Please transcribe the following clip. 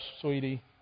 sweetie